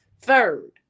Third